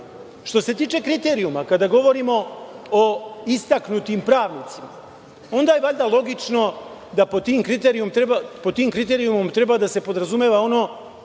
se tiče kriterijuma, kada govorimo o istaknutim pravnicima, onda je valjda logično da pod tim kriterijumima treba da se podrazumeva ono